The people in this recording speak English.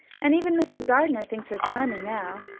and even mrs. gardner thinks her charming now.